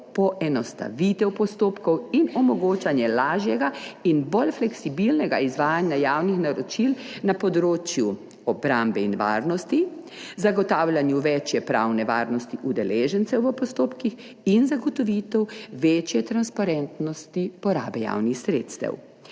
poenostavitev postopkov in omogočanje lažjega in bolj fleksibilnega izvajanja javnih naročil na področju obrambe in varnosti, zagotavljanja večje pravne varnosti udeležencev v postopkih in zagotovitev večje transparentnosti porabe javnih sredstev.